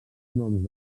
noms